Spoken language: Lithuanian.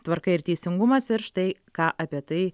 tvarka ir teisingumas ir štai ką apie tai